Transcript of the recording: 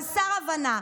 חסר הבנה,